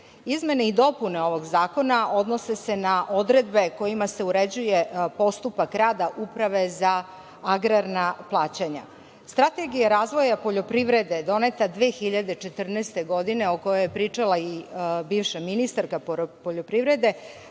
Izmene i dopune ovog zakona odnose se na odredbe kojima se uređuje postupak rada Uprave za agrarna plaćanja. Strategija razvoja poljoprivreda doneta je 2014. godine, o kojoj je pričala i bivša ministarka poljoprivrede,